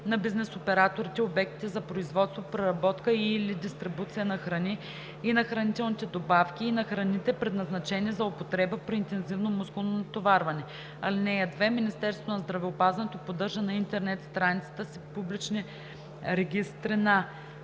на бизнес операторите, обектите за производство, преработка и/или дистрибуция на храни и на хранителните добавки и храните, предназначени за употреба при интензивно мускулно натоварване. (2) Министерството на здравеопазването поддържа на интернет страницата си публични регистри на: